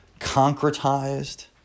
concretized